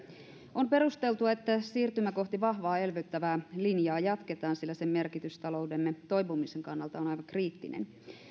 on perusteltua että siirtymää kohti vahvaa elvyttävää linjaa jatketaan sillä sen merkitys taloutemme toipumisen kannalta on aivan kriittinen